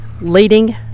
Leading